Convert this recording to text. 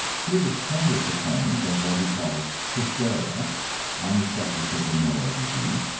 he is a strenuous opponent of what he calls hysteria on the subject of venereal disease,